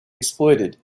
exploited